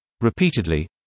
repeatedly